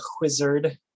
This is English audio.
Wizard